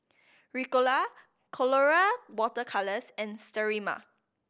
Ricola Colora Water Colours and Sterimar